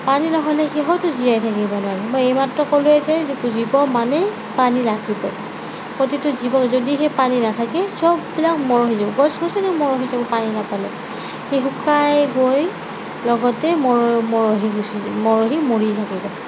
পানী নহ'লে সিহঁতো জীয়াই থাকিব নোৱাৰে মই এইমাত্ৰ ক'লোৱেই যে জীৱ মানেই পানী লাগিবই প্ৰতিটো জীৱ যদিহে পানী নাথাকে চববিলাক মৰহি যাব গছ গছনিও মৰহি যাব পানী নাপালে সি শুকাই গৈ লগতে মৰ মৰহি গুচি যাব মৰহি মৰি থাকিব